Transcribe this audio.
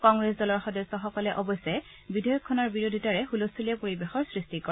কংগ্ৰেছ দলৰ সদস্যসকলে অৱশ্যে বিধেয়কখনৰ বিৰোধিতাৰে হুলস্থূলীয়া পৰিৱেশৰ সৃষ্টি কৰে